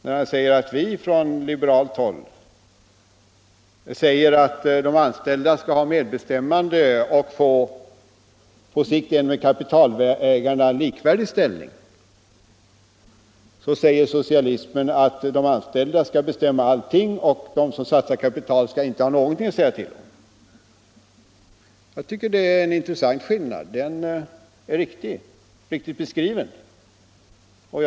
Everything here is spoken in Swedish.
Han framhöll att medan vi från liberalt håll säger att de anställda skall ha medbestämmanderätt och på sikt få en med kapitalägarna likvärdig ställning, så säger socialisten att de anställda skall bestämma allting, och den som har satsat kapitalet skall inte ha någonting att säga till om. Det tycker jag är en intressant skillnad och en helt riktig beskrivning.